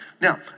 Now